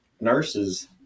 nurses –